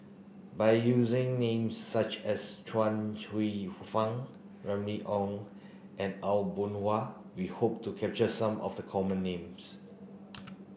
by using names such as Chuang Hsueh Fang Remy Ong and Aw Boon Haw we hope to capture some of the common names